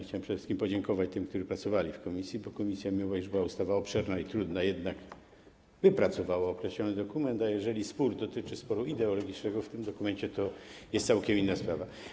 Chciałem przede wszystkim podziękować tym, którzy pracowali w komisji, bo komisja, mimo iż ustawa była obszerna i trudna, jednak wypracowała określony dokument, a jeżeli dotyczy to sporu ideologicznego w tym dokumencie, to jest to już całkiem inna sprawa.